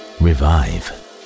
revive